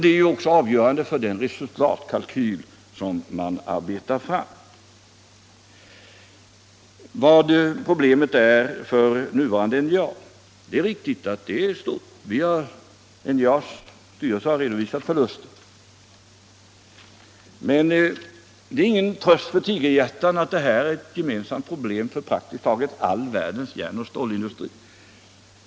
De är också avgörande för den resultatkalkyl som arbetas fram. Problemen för det nuvarande NJA är stora — det är riktigt. NJA:s styrelse har redovisat förluster. Men det är en tröst för tigerhjärtan att detta är ett gemensamt problem för praktisk taget hela världens järnoch stålindustri.